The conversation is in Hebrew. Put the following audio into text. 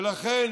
ולכן